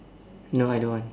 no I don't want